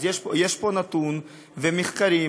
אז יש פה נתון ומחקרים,